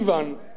בקולחוז,